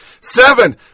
Seven